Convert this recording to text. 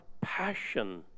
passion